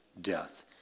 death